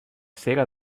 sega